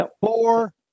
Four